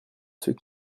ceux